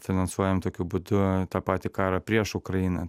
finansuojam tokiu būdu tą patį karą prieš ukrainą